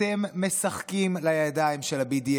אתם משחקים לידיים של ה-BDS.